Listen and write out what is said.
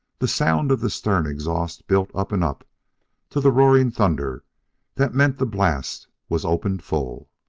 the sound of the stern exhaust built up and up to the roaring thunder that meant the blast was opened full.